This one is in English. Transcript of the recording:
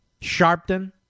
Sharpton